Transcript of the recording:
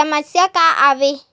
समस्या का आवे?